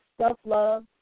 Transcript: self-love